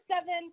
seven